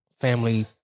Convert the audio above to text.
family